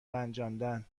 رنجاندن